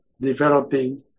developing